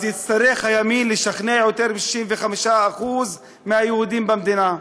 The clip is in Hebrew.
הימין יצטרך לשכנע יותר מ-65% מהיהודים במדינה.